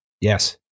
Yes